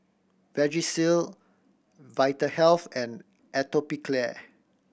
Vagisil Vitahealth and Atopiclair